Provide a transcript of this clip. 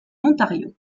ontario